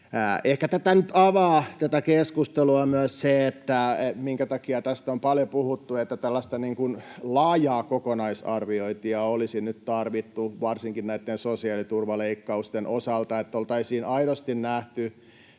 Ehkä tätä keskustelua nyt avaa myös se, minkä takia tästä on paljon puhuttu. Tällaista laajaa kokonaisarviointia olisi nyt tarvittu varsinkin näitten sosiaaliturvaleikkausten osalta, että oltaisiin aidosti nähty